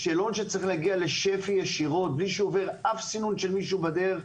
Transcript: זה שאלון שצריך להגיע לשפ"י ישירות בלי סינון של אף מישהו בדרך.